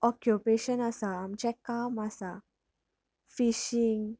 occupation आसा आमचें काम आसा फिशिंग